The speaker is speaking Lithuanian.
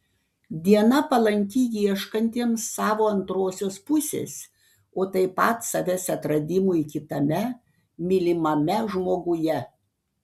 diena palanki ieškantiems savo antrosios pusės o taip pat savęs atradimui kitame mylimame žmoguje